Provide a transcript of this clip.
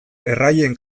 erraien